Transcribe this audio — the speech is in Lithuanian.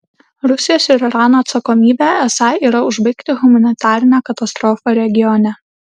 rusijos ir irano atsakomybė esą yra užbaigti humanitarinę katastrofą regione